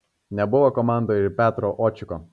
nebuvo komandoje ir petro očiko